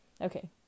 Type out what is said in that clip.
Okay